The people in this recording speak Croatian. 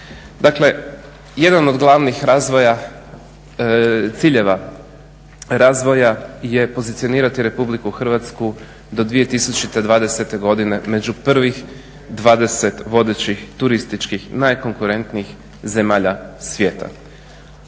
Dakle, jedan od glavnih razvoja ciljeva razvoja je pozicionirati RH do 2020. među prvih 20 vodećih turističkih najkonkurentnijih zemalja svijeta.